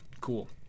cool